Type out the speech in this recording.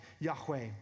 Yahweh